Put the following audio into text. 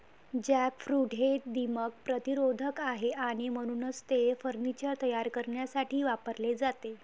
jackfruit हे दीमक प्रतिरोधक आहे आणि म्हणूनच ते फर्निचर तयार करण्यासाठी वापरले जाते